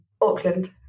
Auckland